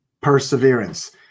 perseverance